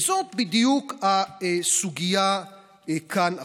וזאת בדיוק הסוגיה כאן עכשיו.